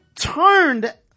turned